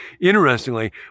Interestingly